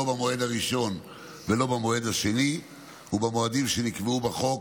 לא במועד הראשון ולא במועד השני ובמועדים שנקבעו בחוק.